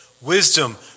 Wisdom